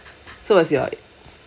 so is your